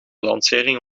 lancering